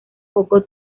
poco